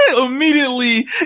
immediately